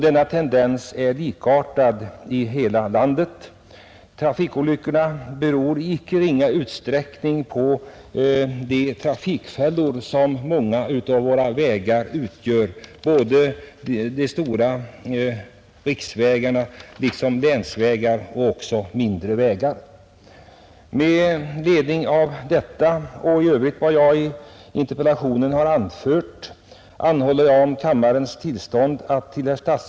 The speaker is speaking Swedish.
Tendensen är likartad i hela landet. Trafikintensiteten ökar, såväl vad gäller personsom lastbilstrafiken. Från organisationer för främjande av trafiksäkerhet påtalas med skärpa vägarnas bristfällighet. Det mest verksamma medlet i kampen mot trafikolyckor torde vara en förbättrad vägstandard genom borttagande av allvarliga trafikfällor på såväl riksvägar som länsvägar och mindre vägar.